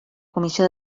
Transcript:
comissió